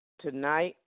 tonight